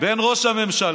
בין ראש הממשלה